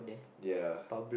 ya